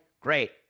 great